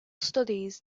studies